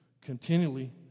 continually